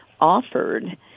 offered